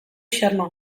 xarma